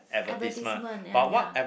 advertisement ya ya